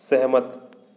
सहमत